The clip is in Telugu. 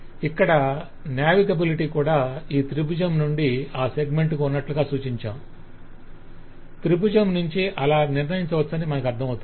ఇక్కడ నావిగేబిలిటీ కూడా ఈ త్రిభుజం నుండి ఆ సెగ్మెంట్ కు ఉన్నట్లుగా సూచించాము త్రిభుజం నుంచి అలా నిర్ణయించవచ్చని మనకు అర్ధమవుతుంది